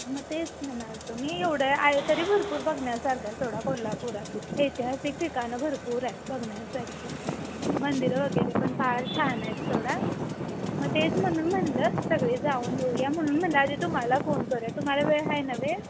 मग तेच म्हणालो होतो मी एवढं आहे तरी भरपूर बघण्यासारखं आहे सोडा कोल्हापुरात ऐतिहासिक ठिकाणं भरपूर आहे बघण्यासारखी आणि मंदिरं वगैरे पण फार छान आहेत सोडा मग तेच म्हणून म्हणलं सगळे जाऊन येऊया म्हणून म्हणलं आधी तुम्हाला फोन करूया तुम्हाला वेळ आहे नव्हे